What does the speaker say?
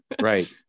Right